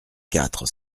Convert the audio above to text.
quatre